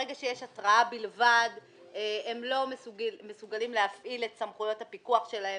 ברגע שיש התראה בלבד הם לא מסוגלים להפעיל את סמכויות הפיקוח שלהם.